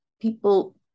people